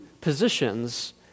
positions